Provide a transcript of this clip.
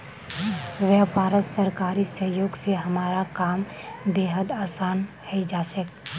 व्यापारत सरकारी सहयोग स हमारा काम बेहद आसान हइ जा छेक